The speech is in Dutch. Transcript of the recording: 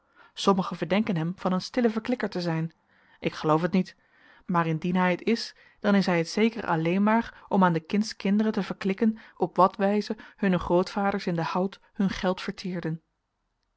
sommige verdenken hem van een stilleverklikker te zijn ik geloof het niet maar indien hij het is dan is hij het zeker alleen maar om aan de kindskinderen te verklikken op wat wijze hunne grootvaders in den hout hun geld verteerden